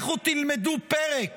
לכו תלמדו פרק